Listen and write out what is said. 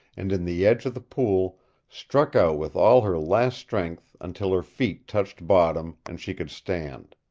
and in the edge of the pool struck out with all her last strength until her feet touched bottom, and she could stand.